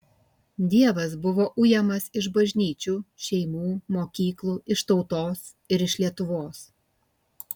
dievas buvo ujamas iš bažnyčių šeimų mokyklų iš tautos ir iš lietuvos